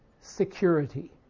security